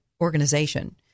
organization